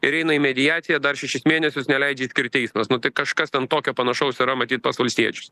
ir eina į mediaciją dar šešis mėnesius neleidžia išskirt teismas nu tai kažkas ten tokio panašaus yra matyt pas valstiečius